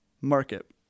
market